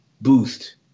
boost